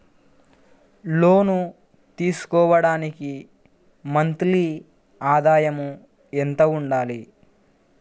లోను తీసుకోవడానికి మంత్లీ ఆదాయము ఎంత ఉండాలి?